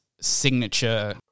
signature